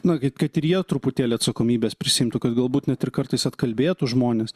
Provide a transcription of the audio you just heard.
na kad ir jie truputėlį atsakomybės prisiimtų kad galbūt net ir kartais atkalbėtų žmones